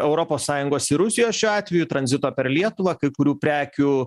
europos sąjungos ir rusijos šiuo atveju tranzito per lietuvą kai kurių prekių